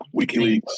WikiLeaks